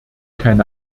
keine